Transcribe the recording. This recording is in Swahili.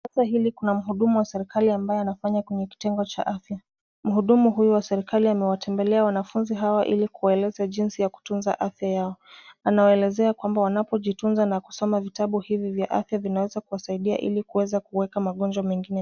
Picha hili kuna mhuduma wa serikali ambaye anafanya katika kitengo cha afya. Mhudumu huyo wa serikali amewatembelea wanafunzi hawa ili kuwaeleza jinsi ya kutunza afya yao. Anawaelezea kwamba wanapojitunza na kusoma vitabu hivi vya afya vinaweza kuwasaidia ili kuweka magonjwa mengine.